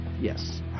Yes